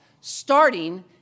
starting